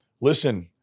listen